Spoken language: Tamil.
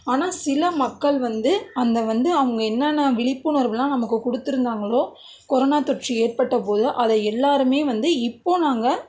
ஆனால் சில மக்கள் வந்து அந்த வந்து அவங்க என்னான்ன விழிப்புணர்வுலாம் நமக்கு கொடுத்துருந்தாங்களோ கொரோனா தொற்று ஏற்பட்ட போது அதை எல்லாருமே வந்து இப்போ நாங்கள்